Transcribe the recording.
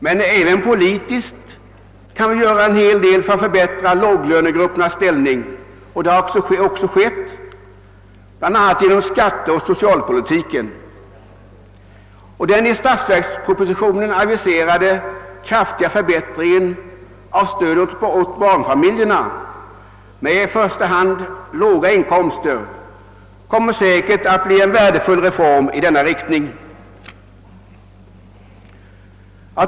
Men även politiskt kan vi göra en hel del för att förbättra låglönegruppernas ställning. Det har också gjorts, bl.a. genom skatteoch socialpolitiken. Den i statsverkspropositionen aviserade kraftiga förbättringen av stödet åt barnfamiljerna, i främsta rummet sådana med låga inkomster, kommer säkerligen att bli en värdefull reform i denna riktning.